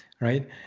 right